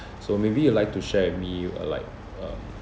so maybe you like to share with me you uh like um